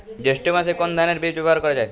জৈষ্ঠ্য মাসে কোন ধানের বীজ ব্যবহার করা যায়?